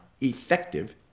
effective